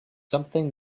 something